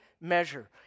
measure